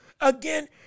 Again